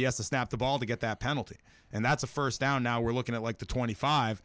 he has to snap the ball to get that penalty and that's a first down now we're looking at like the twenty five